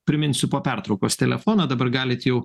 priminsiu po pertraukos telefoną dabar galit jau